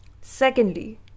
Secondly